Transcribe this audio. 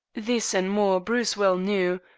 this, and more, bruce well knew,